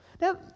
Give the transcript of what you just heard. Now